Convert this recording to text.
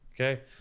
Okay